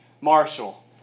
Marshall